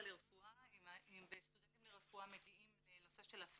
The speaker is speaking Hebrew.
לרפואה וסטודנטים לרפואה מגיעים להסברה.